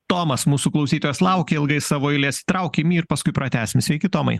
tomas mūsų klausytojas laukė ilgai savo eilės įtraukim jį ir paskui pratęsim sveiki tomai